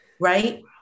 right